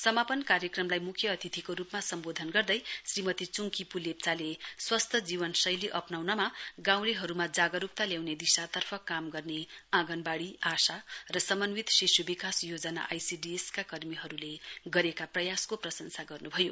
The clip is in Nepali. समापन कार्यक्रमली मुख्य अतिथिको रुपमा सम्वोधन गर्दै श्रीमती चुङकिपु लेप्चाले स्वस्थ जीवनशैली अपनाउने गाउँलेहरुमा जागरुकता ल्याउने दिशातर्फ काम गर्ने आँगनवाड़ी आशा र समन्वित शिशु विकास योजना आईसीडीएस का कर्मीहरुले गरेका प्रयासको प्रशंसा गर्नुभयो